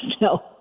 No